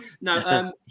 No